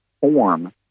form